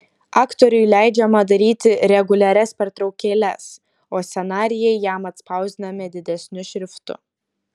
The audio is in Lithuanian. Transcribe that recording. aktoriui leidžiama daryti reguliarias pertraukėles o scenarijai jam atspausdinami didesniu šriftu